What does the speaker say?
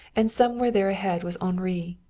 and somewhere there ahead was henri,